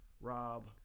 Rob